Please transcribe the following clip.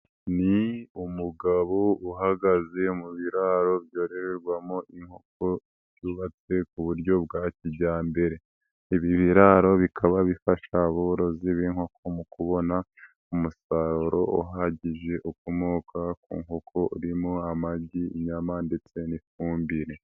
Ni umugabo uhagaze mu biraro byororwamo inkoko byubatswe ku buryo bwa kijyambere, ibi biraro bikaba bifasha aborozi b'inkoko mu kubona umusaruro uhagije ukomoka ku nkoko urimo amagi, inyama ndetse n'ifumbire.